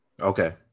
Okay